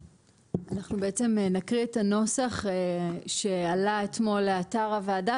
אנחנו נקריא את הנוסח שעלה אתמול לאתר הוועדה,